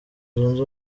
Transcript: zunze